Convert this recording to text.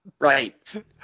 right